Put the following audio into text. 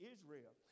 Israel